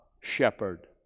shepherd